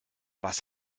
was